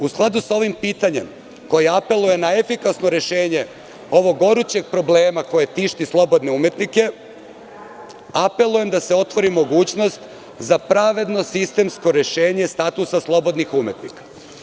U skladu sa ovim pitanjem koje apeluje na efikasno rešenje ovog gorućeg problema koje tišti slobodne umetnike, apelujem da se otvori mogućnost za pravedno sistemsko rešenje statusa slobodnih umetnika.